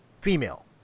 female